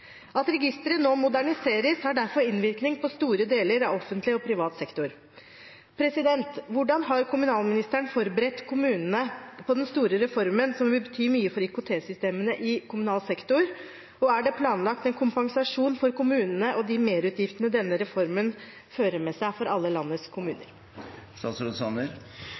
At registeret nå moderniseres, har derfor innvirkning på store deler av offentlig og privat sektor. Hvordan har kommunalministeren forberedt kommunene på den store reformen som vil bety mye for IKT-systemene i kommunal sektor? Er det planlagt en kompensasjon for kommunene for de merutgiftene denne reformen fører med seg for alle landets kommuner?